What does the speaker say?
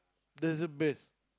doesn't miss